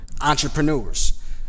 entrepreneurs